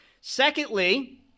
Secondly